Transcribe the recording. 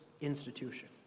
institution